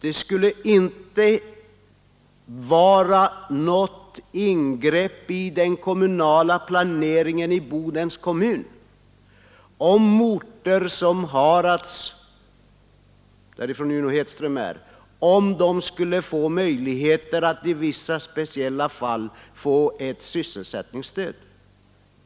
Det skulle inte vara något ingrepp i den kommunala planeringen i Bodens kommun om orter som Harads — varifrån Uno Hedström är — skulle ges möjligheter att i vissa fall få ett sysselsättningsstöd.